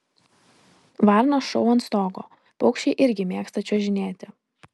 varnos šou ant stogo paukščiai irgi mėgsta čiuožinėti